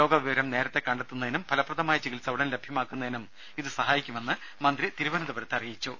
രോഗവിവരം നേരത്തെ കണ്ടെത്തുന്നതിനും ഫലപ്രദമായ ചികിത്സ ഉടൻ ലഭ്യമാക്കുന്നതിനും ഇത് സഹായിക്കുമെന്ന് മന്ത്രി തിരുവന്തപുരത്ത് പറഞ്ഞു